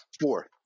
Four